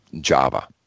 Java